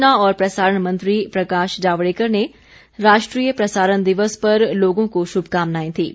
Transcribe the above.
सूचना और प्रसारण मंत्री प्रकाश जावड़ेकर ने राष्ट्रीय प्रसारण दिवस पर लोगों को शुभकामनाएं दी हैं